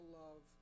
love